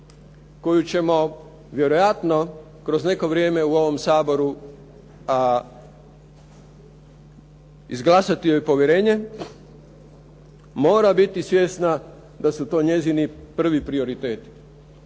koju ćemo vjerojatno kroz neko vrijeme u ovom Saboru izglasati joj povjerenje mora biti svjesna da su to njezini prvi prioriteti.